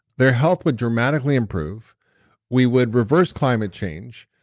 their health would dramatically improve we would reverse climate change.